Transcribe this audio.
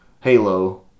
Halo